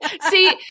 See